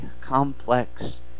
complex